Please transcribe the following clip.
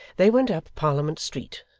they went up parliament street,